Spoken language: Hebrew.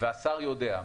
והשר יודע,